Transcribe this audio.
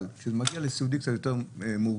אבל כשזה מגיע לסיעודי קצת יותר מורכב,